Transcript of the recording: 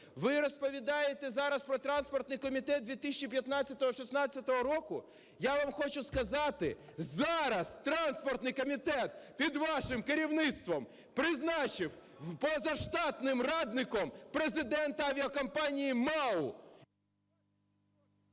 Ви розповідаєте зараз про транспортний комітет 2015-2016 року. Я вам хочу сказати, зараз транспортний комітет під вашим керівництвом призначив позаштатним радником президента авіакомпанії МАУ…